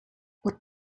what